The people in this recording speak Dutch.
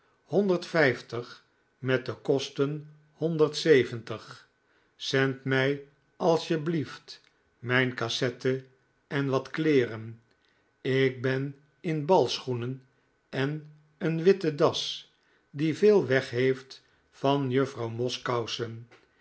met de kosten honderd zeventig zend mij als je blieft mijn cassette en wat kleeren ik ben in balschoenen en een witte das die veel wegheeft van juffrouw moss